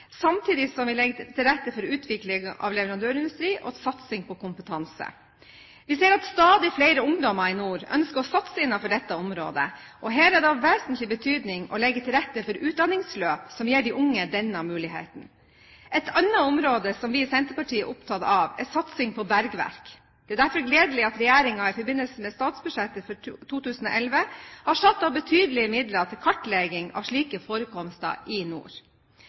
samtidig som vi legger til rette for utvikling av leverandørindustri og satsing på kompetanse. Vi ser at stadig flere ungdommer i nord ønsker å satse innenfor dette området, og her er det av vesentlig betydning å legge til rette for utdanningsløp som gir de unge denne muligheten. Et annet område som vi i Senterpartiet er opptatt av, er satsing på bergverk. Det er derfor gledelig at regjeringen i forbindelse med statsbudsjettet for 2011 har satt av betydelige midler til kartlegging av slike forekomster i nord.